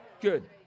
Good